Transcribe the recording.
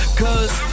cause